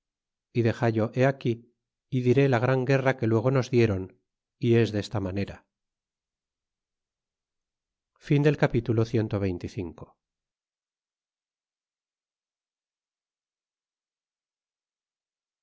y dexallo he aquí y diré la gran guerra que luego nos dieron y es desta manera capitulo